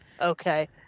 okay